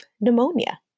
pneumonia